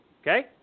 okay